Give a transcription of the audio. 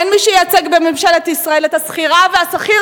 אין מי שייצג בממשלת ישראל את השכירה והשכיר,